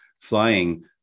flying